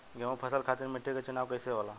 गेंहू फसल खातिर मिट्टी के चुनाव कईसे होला?